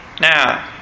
Now